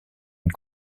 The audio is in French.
une